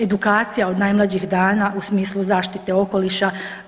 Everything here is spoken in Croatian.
Edukacija od najmlađih dana u smislu zaštite okoliša.